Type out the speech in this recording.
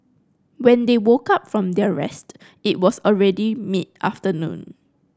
when they woke up from their rest it was already mid afternoon